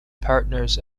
partners